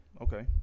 okay